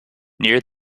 near